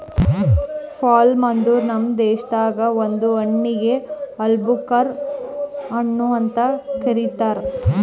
plum ಅಂದುರ್ ನಮ್ ದೇಶದಾಗ್ ಇದು ಹಣ್ಣಿಗ್ ಆಲೂಬುಕರಾ ಹಣ್ಣು ಅಂತ್ ಕರಿತಾರ್